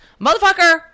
Motherfucker